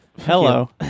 Hello